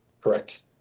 Correct